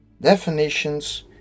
Definitions